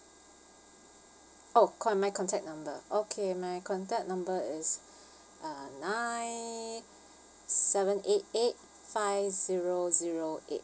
oh call my contact number okay my contact number is uh nine seven eight eight five zero zero eight